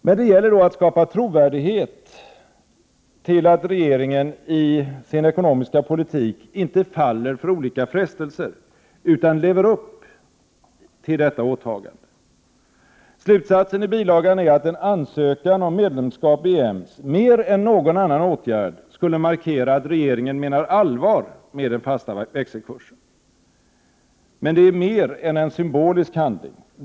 Men det gäller då att skapa trovärdighet till att regeringen i sin ekonomiska politik inte faller för olika frestelser utan lever upp till detta åtagande. Slutsatsen i bilagan är att en ansökan om medlemskap i EMS mer än någon annan åtgärd skulle markera att regeringen menar allvar med den fasta växelkursen. Men det är mer än en symbolisk handling.